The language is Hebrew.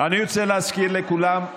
אני רוצה להזכיר לכולם,